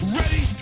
ready